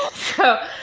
so,